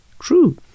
true